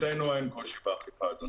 אין קושי באכיפה הזאת.